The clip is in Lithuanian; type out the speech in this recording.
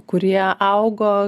kurie augo